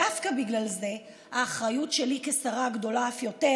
דווקא בגלל זה האחריות שלי כשרה גדולה אף יותר,